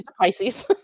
Pisces